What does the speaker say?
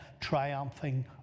triumphing